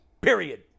period